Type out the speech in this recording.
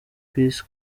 peace